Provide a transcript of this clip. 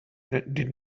did